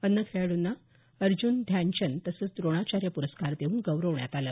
अन्य खेळाड्रंना अर्जून ध्यानचंद तसंच द्रोणाचार्य प्रस्कार देऊन गौरवण्यात आलं